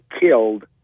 killed